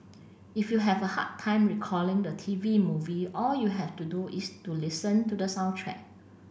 if you have a hard time recalling the T V movie all you have to do is to listen to the soundtrack